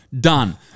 Done